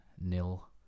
nil